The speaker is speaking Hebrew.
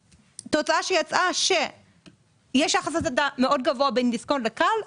והתוצאה היא שיש יחס הסטה מאוד גבוה בין דיסקונט לכאל,